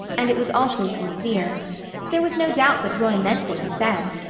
and it was also sincere there was no doubt that roy meant what he said.